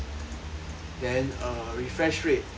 then err refresh rate 比